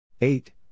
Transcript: Eight